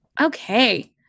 Okay